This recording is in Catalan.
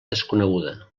desconeguda